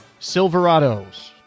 Silverados